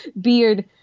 beard